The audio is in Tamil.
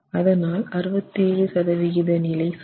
அதனால் 67 சதவிகித நிலை சுமை